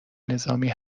نظامی